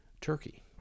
Turkey